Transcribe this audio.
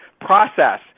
process